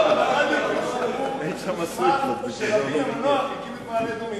שהוא ישמח שרבין המנוח הקים את מעלה-אדומים.